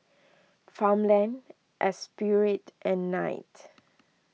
Farmland Espirit and Knight